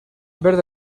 verde